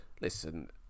Listen